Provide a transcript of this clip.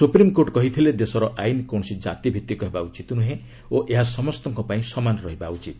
supreme court କହିଥିଲେ ଦେଶର ଆଇନ କୌଣସି ଜାତି ଭିତ୍ତିକ ହେବା ଉଚିତ ନୁହେଁ ଓ ଏହା ସମସ୍ତଙ୍କ ପାଇଁ ସମାନ ରହିବା ଉଚିତ